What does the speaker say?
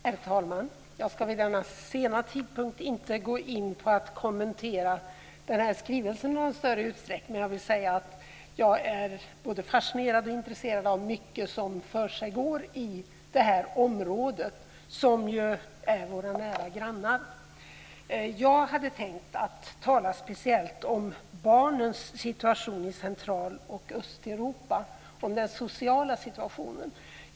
Herr talman! Jag ska vid denna sena tidpunkt inte kommentera skrivelsen i någon större utsträckning. Men jag vill säga att jag är både fascinerad och intresserad av mycket som försiggår i det här området, som ju är ett av våra nära grannområden. Jag hade tänkt att tala speciellt om barnens situation och den sociala situationen i Central och Östeuropa.